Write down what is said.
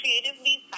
creatively